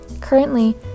Currently